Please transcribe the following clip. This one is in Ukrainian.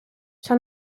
вся